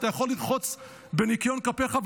אתה יכול לרחוץ בניקיון כפיך,